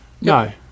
No